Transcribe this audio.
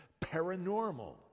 paranormal